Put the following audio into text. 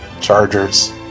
Chargers